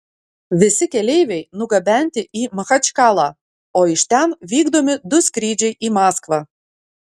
visi keleiviai nugabenti į machačkalą o iš ten vykdomi du skrydžiai į maskvą